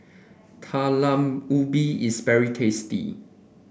Talam Ubi is very tasty